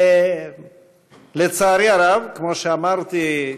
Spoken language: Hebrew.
לצערי הרב, כמו שאמרתי,